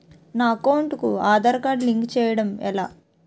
నా అకౌంట్ కు Aadhaar card link చేయడం ఎలా?